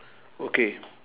okay